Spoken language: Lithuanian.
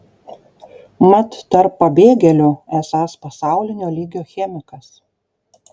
mat tarp pabėgėlių esąs pasaulinio lygio chemikas